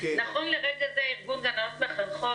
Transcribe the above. נכון לרגע זה ארגון גננות מחנכות